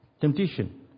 temptation